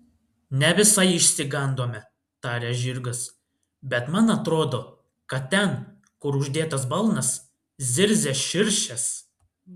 ne visai išsigandome tarė žirgas bet man atrodo kad ten kur uždėtas balnas zirzia širšės